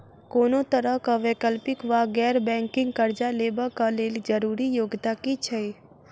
कोनो तरह कऽ वैकल्पिक वा गैर बैंकिंग कर्जा लेबऽ कऽ लेल जरूरी योग्यता की छई?